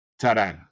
Ta-da